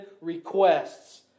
requests